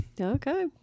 Okay